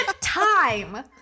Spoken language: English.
time